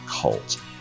cult